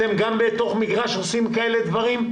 אתם גם בתוך המגרש עושים כאלה דברים?